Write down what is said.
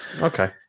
okay